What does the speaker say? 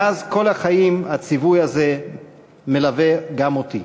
מאז כל החיים הציווי הזה מלווה גם אותי".